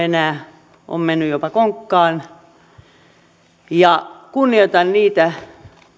enää on menty jopa konkkaan kunnioitan niitä